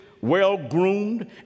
well-groomed